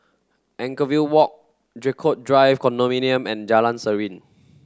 Anchorvale Walk Draycott Drive Condominium and Jalan Serene